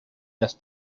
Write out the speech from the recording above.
las